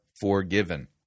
forgiven